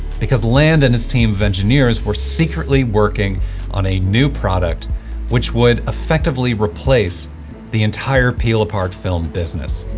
because land and his team of engineers were secretly working on a new product which would effectively replace the entire peel apart film business.